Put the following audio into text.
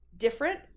Different